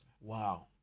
Wow